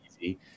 easy